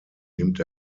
nimmt